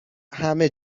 همه